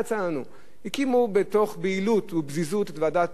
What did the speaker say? הקימו מתוך בהילות ופזיזות את ועדת-טרכטנברג,